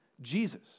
Jesus